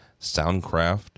soundcraft